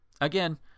Again